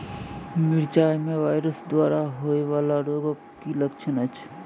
मिरचाई मे वायरस द्वारा होइ वला रोगक की लक्षण अछि?